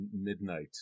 midnight